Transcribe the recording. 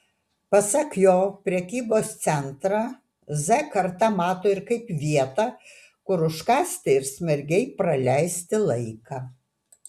pasak jo prekybos centrą z karta mato ir kaip vietą kur užkąsti ir smagiai praleisti laiką